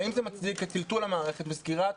האם זה מצדיק את טלטול המערכת וסגירת